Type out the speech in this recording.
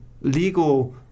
legal